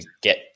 get